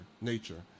nature